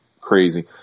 crazy